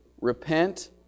repent